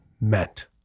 meant